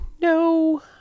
no